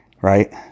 right